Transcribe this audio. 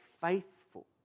faithful